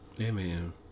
Amen